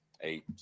eight